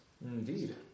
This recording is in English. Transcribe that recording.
Indeed